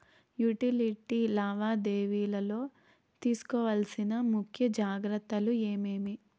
Utility లావాదేవీల లో తీసుకోవాల్సిన ముఖ్య జాగ్రత్తలు ఏమేమి?